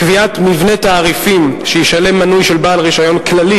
קביעת מבנה תעריפים שישלם מנוי של בעל רשיון כללי